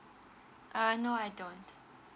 uh no I don't